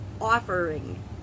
offering